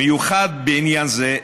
מיוחד בעניין זה,